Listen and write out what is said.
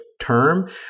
term